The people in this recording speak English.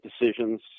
decisions